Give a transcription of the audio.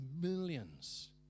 millions